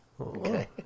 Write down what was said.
Okay